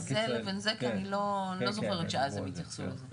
כי אני לא זוכרת שאז הם התייחסו לזה.